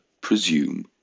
presume